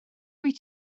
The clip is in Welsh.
wyt